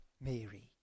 Mary